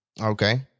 Okay